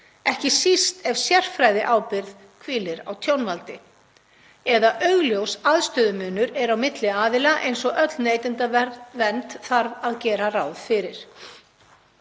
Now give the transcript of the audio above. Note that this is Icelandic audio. ekki síst ef sérfræðiábyrgð hvílir á tjónvaldi eða augljós aðstöðumunur er á milli aðila eins og öll neytendavernd þarf að gera ráð fyrir.